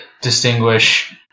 distinguish